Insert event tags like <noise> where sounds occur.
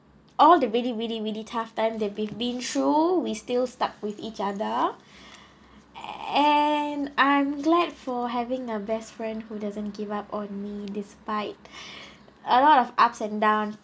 all the really really really tough time that we been through we still stuck with each other <breath> and I'm glad for having a best friend who doesn't give up on me despite <breath> a lot of ups and down